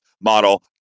model